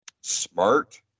smart